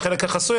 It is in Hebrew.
בחלק החסוי,